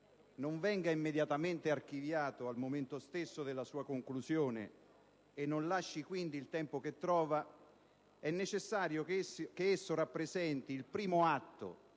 non venga immediatamente archiviato al momento stesso della sua conclusione e non lasci quindi il tempo che trova, è necessario che esso rappresenti il primo atto